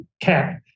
cap